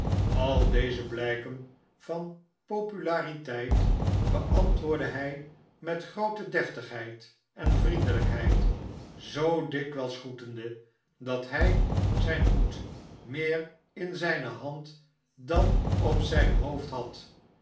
al deze blijken van populariteit beantwoordde hij met groote deftigheid en vnendelijkheid zoo dikwijls groetende dat hij zijn hoed meer in zijne hand dan op zijn hoofd had